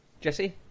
Jesse